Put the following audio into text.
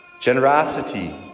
generosity